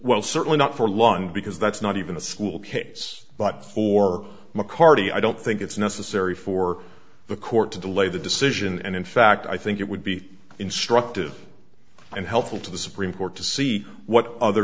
well certainly not for long because that's not even a school case but for mccarthy i don't think it's necessary for the court to delay the decision and in fact i think it would be instructive and helpful to the supreme court to see what other